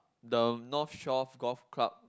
the North Shore Golf Club